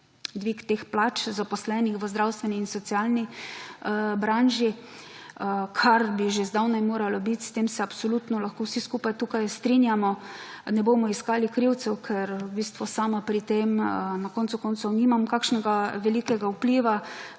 dvig teh plač zaposlenih v zdravstveni in socialni branži, kar bi že zdavnaj moralo biti. S tem se absolutno lahko vsi skupaj tukaj strinjamo. Ne bomo iskali krivcev, ker v bistvu sama pri tem na koncu koncev nimam kakšnega velikega vpliva.